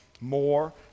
more